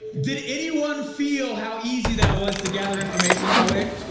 did anyone feel how easy that was to gather information that way?